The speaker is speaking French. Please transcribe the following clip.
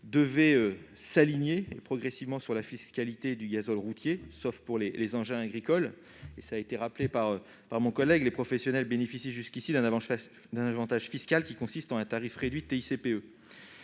devait s'aligner progressivement sur la fiscalité du gazole routier, sauf pour les engins agricoles. Les professionnels bénéficient jusqu'ici d'un avantage fiscal qui consiste en un tarif réduit de TICPE.